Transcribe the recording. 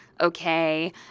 okay